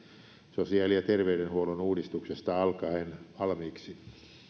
sosiaali ja terveydenhuollon uudistuksesta alkaen valmiiksi